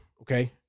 okay